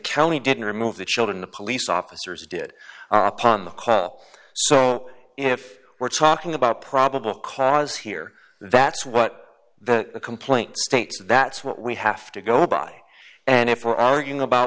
county didn't remove the children the police officers did upon the call so if we're talking about probable cause here that's what the complaint states that's what we have to go by and if we're arguing about